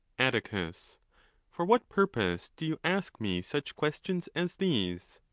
atticus for what purpose do you ask me such questions as these?